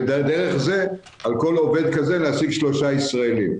ודרך זה על כל עובד כזה להעסיק שלושה ישראלים.